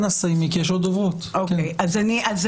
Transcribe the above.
אנא סיימי כי יש עוד דוברות,